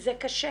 וזה קשה.